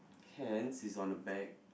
hands is on the back